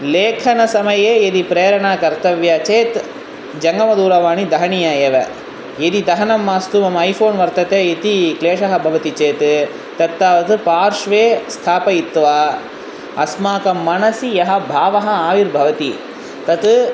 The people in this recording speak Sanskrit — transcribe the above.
लेखनसमये यदि प्रेरणा कर्तव्या चेत् जङ्गमदूरवाणी दहनीया एव यदि दहनं मास्तु मम ऐफ़ोन् वर्तते इति क्लेशः भवति चेत् तत्तावत् पार्श्वे स्थापयित्वा अस्माकं मनसि यः भावः आयुर्भवति तत्